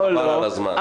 חבל על הזמן.